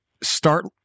start